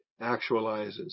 actualizes